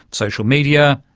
social media,